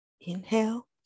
inhale